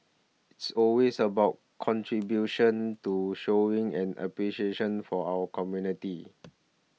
it's always about contribution to showing and appreciation for our community